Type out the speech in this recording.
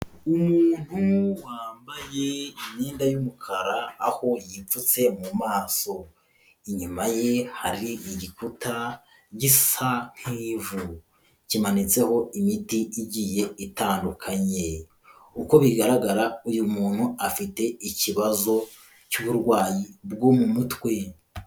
Umuntu wambaye imyenda y'umukara, aho yipfutse mu maso, inyuma ye hari igikuta gisa nk'ivu, kimanitseho imiti igiye itandukanye, uko bigaragara uyu muntu afite ikibazo cy'uburwayi bwo mu mutwe.